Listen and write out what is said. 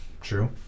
true